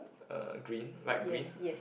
uh green light green